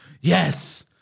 Yes